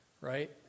Right